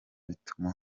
bituma